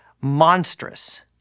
monstrous